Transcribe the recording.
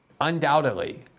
undoubtedly